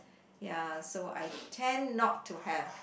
ya so I tend not to have